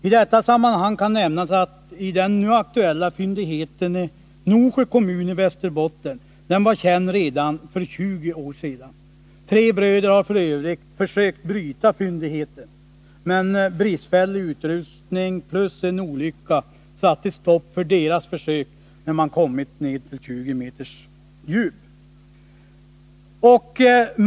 I detta sammanhang kan nämnas att den nu aktuella fyndigheten i Norsjö kommun i Västerbotten var känd redan för 20 år sedan. Tre bröder har f. ö. försökt bryta fyndigheten, men bristfällig utrustning plus en olycka satte stopp för deras försök när de kommit till 20 meters djup.